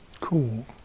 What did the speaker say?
cool